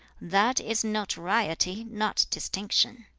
that is notoriety, not distinction.